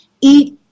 eat